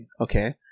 okay